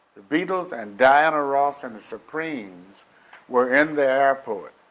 the beatles and diana ross and the supremes were in the airport,